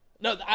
No